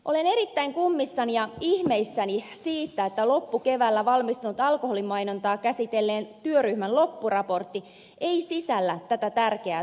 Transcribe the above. olen erittäin kummissani ja ihmeissäni siitä että loppukeväällä valmistunut alkoholimainontaa käsitelleen työryhmän loppuraportti ei sisällä tätä tärkeää toimea